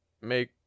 make